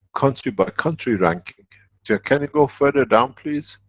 country by country ranking j. can you go further down please?